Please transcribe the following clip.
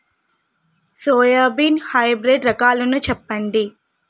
Soybean hybrid రకాలను చెప్పండి?